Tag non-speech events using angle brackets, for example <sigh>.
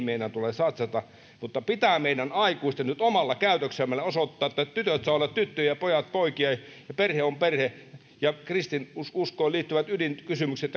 <unintelligible> meidän tulee satsata mutta pitää meidän aikuisten nyt omalla käytöksellämme osoittaa että tytöt saavat olla tyttöjä ja pojat poikia ja perhe on perhe ja kristinuskoon liittyvät ydinkysymykset <unintelligible>